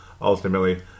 ultimately